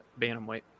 Bantamweight